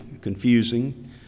confusing